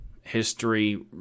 history